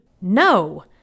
No